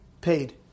Paid